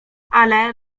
ale